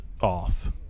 off